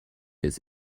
his